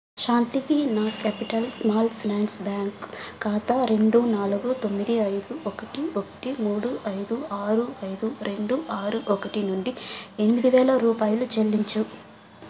శాంతికి నా capitals small ఫ్లాన్స్ బ్యాంక్ ఖాతా రెండు నాలుగు తొమ్మిది ఐదు ఒకటి ఒకటి మూడు ఐదు ఆరు ఐదు రెండు ఆరు ఒకటి నుండి ఎనిమిది వేల రూపాయలు చెల్లించు